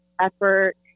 effort